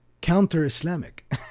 counter-Islamic